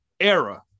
Era